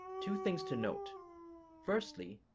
two things to note firstly,